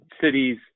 cities